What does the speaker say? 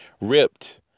ripped